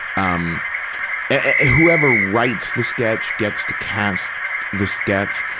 um and whoever writes the sketch gets to cast the sketch.